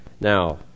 now